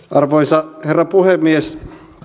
arvoisa herra puhemies